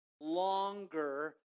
longer